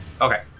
Okay